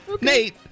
Nate